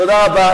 תודה רבה.